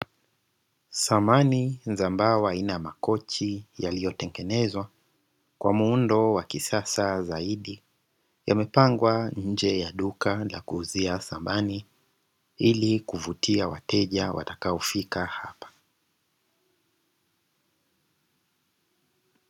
Samani za mbao aina ya makochi yaliyotengenezwa kwa muundo wa kisasa zaidi, yamepangwa nje ya duka la kuuzia samani ili kuvutia wateja watakaofika hapa.